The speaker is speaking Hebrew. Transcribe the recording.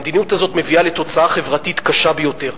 המדיניות הזאת מביאה לתוצאה חברתית קשה ביותר.